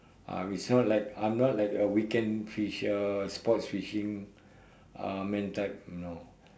ah it's not like I'm not like a weekend fish uh sports fishing uh man type no